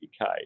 UK